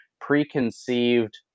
preconceived